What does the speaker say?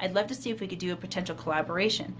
i'd love to see if we could do a potential collaboration